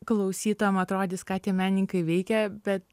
klausytojam atrodys ką tie menininkai veikia bet